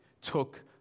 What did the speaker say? took